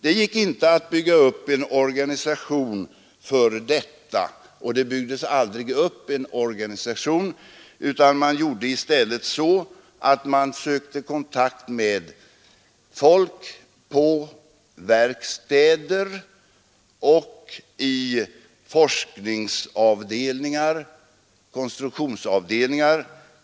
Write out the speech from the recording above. Det gick inte att bygga upp en organisation för att förhindra detta, utan man gjorde i stället så att man sökte kontakt med folk på verkstäder och i forskningsoch konstruktionsavdelningar.